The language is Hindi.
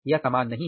यह समान नहीं है